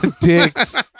dicks